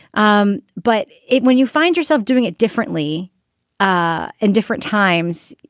um but it when you find yourself doing it differently ah in different times.